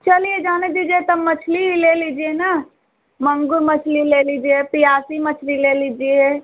चलिए जाने दीजिए तब मछली ही ले लीजिए ना मंगुर मछली ले लीजिए प्यासी मछली ले लीजिए